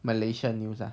malaysia news ah